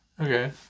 Okay